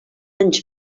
anys